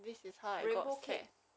especially video